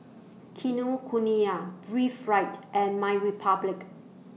Kinokuniya Breathe Right and MyRepublic